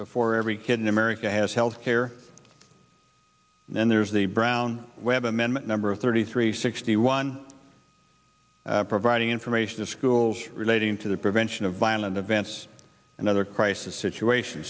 earmarks for every kid in america has health care and then there's the brown webb amendment number thirty three sixty one providing information to schools relating to the prevention of violent events and other crisis situation